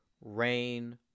rain